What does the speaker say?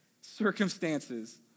circumstances